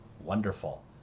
Wonderful